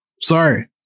Sorry